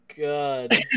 god